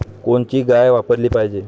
कोनची गाय वापराली पाहिजे?